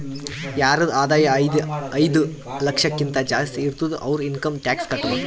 ಯಾರದ್ ಆದಾಯ ಐಯ್ದ ಲಕ್ಷಕಿಂತಾ ಜಾಸ್ತಿ ಇರ್ತುದ್ ಅವ್ರು ಇನ್ಕಮ್ ಟ್ಯಾಕ್ಸ್ ಕಟ್ಟಬೇಕ್